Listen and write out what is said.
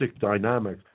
dynamic